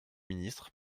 ministre